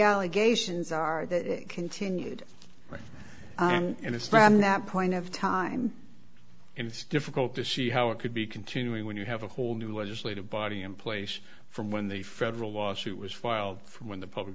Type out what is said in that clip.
allegations are that it continued in a slam that point of time and it's difficult to see how it could be continuing when you have a whole new legislative body in place from when the federal lawsuit was filed from when the public